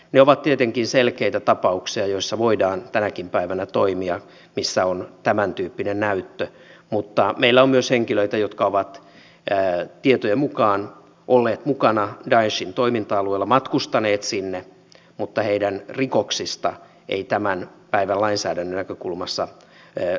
ne ovat tietenkin selkeitä tapauksia joissa voidaan tänäkin päivänä toimia joissa on tämäntyyppinen näyttö mutta meillä on myös henkilöitä jotka ovat tietojen mukaan olleet mukana daeshin toiminta alueella matkustaneet sinne mutta heidän rikoksistaan ei tämän päivän lainsäädännön näkökulmassa saada näyttöä